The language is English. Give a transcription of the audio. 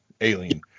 Alien